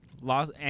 Los